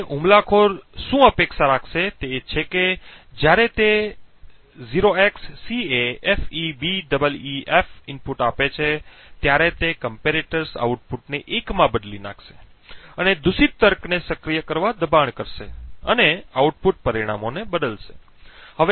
હવે હુમલાખોર શું અપેક્ષા રાખશે તે છે કે જ્યારે તે 0xCAFEBEEF ઇનપુટ આપે છે ત્યારે તે કમ્પેરેટર્સ આઉટપુટને 1 માં બદલી નાખશે અને દૂષિત તર્કને સક્રિય કરવા દબાણ કરશે અને આઉટપુટ પરિણામોને બદલશે